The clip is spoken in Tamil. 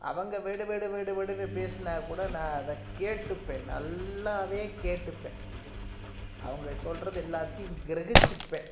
அவங்க வெடு வெடு வெடு வெடுனு பேசுனா கூட நான் அதை கேட்டுப்பேன் நல்லாவே கேட்டுப்பேன் அவங்க சொல்கிறது எல்லாத்தையும் க்ரஹிச்சிப்பேன்